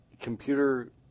computer